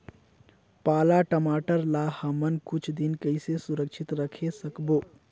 पाला टमाटर ला हमन कुछ दिन कइसे सुरक्षित रखे सकबो?